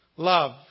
Love